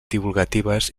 divulgatives